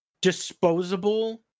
disposable